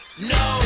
No